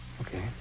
Okay